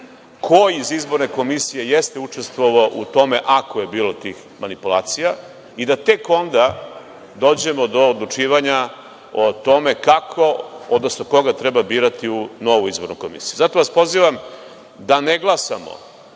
Ko iz izborne komisije jeste učestvovao u tome, ako je bilo tih manipulacija i da tek onda dođemo do odlučivanja o tome kako, odnosno koga treba birati u novu izbornu komisiju. Zato vas pozivam da ne glasamo